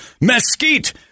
Mesquite